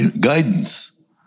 guidance